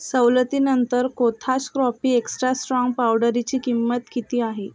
सवलतीनंतर कोथास क्रॉपी एक्स्ट्रा स्ट्राँग पावडरीची किंमत किती आहे